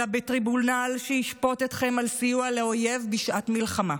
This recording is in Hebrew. אלא בטריבונל שישפוט אתכם על סיוע לאויב בשעת מלחמה.